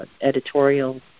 editorial